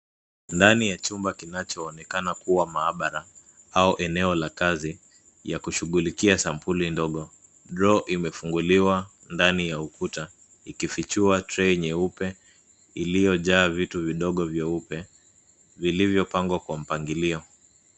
Ndani ya chumba kinachoonekana kuwa maabara au eneo la kazi ya kushughulikia sampuli ndogo. Draw imefunguliwa ndani ya ukuta ikifichua tray nyeupe iliyojaa vitu vidogo vyeupe vilivyopangwa kwa mpangilio.